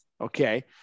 Okay